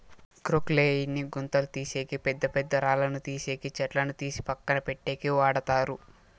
క్రొక్లేయిన్ ని గుంతలు తీసేకి, పెద్ద పెద్ద రాళ్ళను తీసేకి, చెట్లను తీసి పక్కన పెట్టేకి వాడతారు